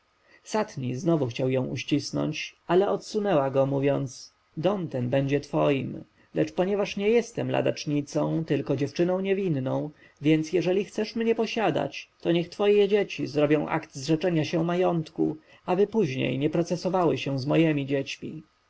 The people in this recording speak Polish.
satni znowu chciał ją uścisnąć ale odsunęła go mówiąc dom ten będzie twoim lecz ponieważ nie jestem ladacznicą tylko dziewczyną niewinną jeżeli więc chcesz mnie posiadać to niech twoje dzieci zrobią akt zrzeczenia się majątku aby później nie procesowały się z mojemi dziećmi